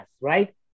right